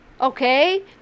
Okay